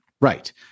Right